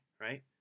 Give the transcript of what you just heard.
right